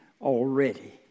already